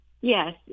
Yes